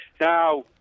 Now